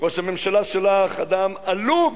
ראש הממשלה שלך אדם עלוב,